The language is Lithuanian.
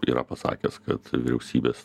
yra pasakęs kad vyriausybės